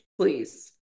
please